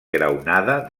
graonada